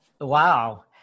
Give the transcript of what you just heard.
Wow